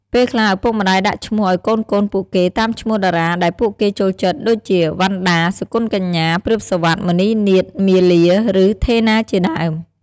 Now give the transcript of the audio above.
ពេលខ្លះឪពុកម្ដាយដាក់ឈ្មោះឱ្យកូនៗពួកគេ តាមឈ្មោះតារាដែលពួកគេចូលចិត្ត ដូចជា វ៉ាន់ដា សុគន្ធកញ្ញា ព្រាប សុវត្ថិ មុន្នីនាថ មាលា ឬ ថេណាជាដើម។